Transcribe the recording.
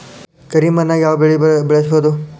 ಕರಿ ಮಣ್ಣಾಗ್ ಯಾವ್ ಬೆಳಿ ಬೆಳ್ಸಬೋದು?